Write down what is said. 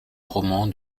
roman